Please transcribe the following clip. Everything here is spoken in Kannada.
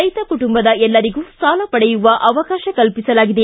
ರೈತ ಕುಟುಂಬದ ಎಲ್ಲರಿಗೂ ಸಾಲ ಪಡೆಯುವ ಅವಕಾಶ ಕಲ್ಪಿಸಲಾಗಿದೆ